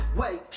wait